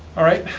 all right.